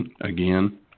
Again